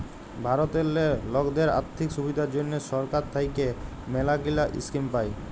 ভারতেল্লে লকদের আথ্থিক সুবিধার জ্যনহে সরকার থ্যাইকে ম্যালাগিলা ইস্কিম পায়